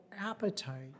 appetite